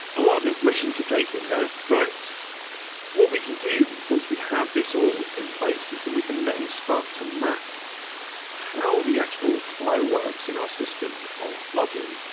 a lot of information to take in there, but what we can do once we have this all in place is that we can then start to map how the actual flow works in our system of login.